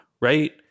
right